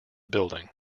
building